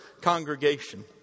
congregation